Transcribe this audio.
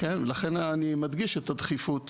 ולכן אני מדגיש את הדחיפות